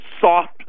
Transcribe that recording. soft